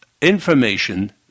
information